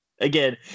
again